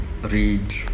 read